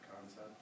concept